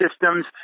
systems